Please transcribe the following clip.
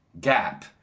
gap